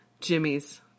Jimmy's